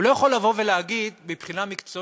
הוא לא יכול לבוא ולהגיד: מבחינה מקצועית,